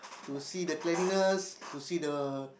to see the cleanliness to see the